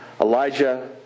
Elijah